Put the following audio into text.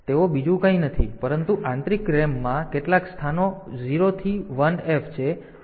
તેથી તેઓ બીજું કંઈ નથી પરંતુ આંતરિક RAM માં કેટલાક સ્થાનો 0 થી 1f છે